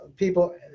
people